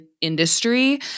industry